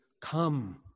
come